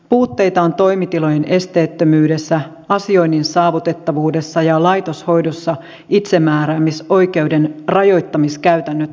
puutteita on toimitilojen esteettömyydessä asioinnin saavutettavuudessa ja laitoshoidossa itsemääräämisoikeuden rajoittamiskäytännöt vaihtelevat